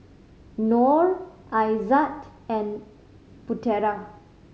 Nor Aizat and Putera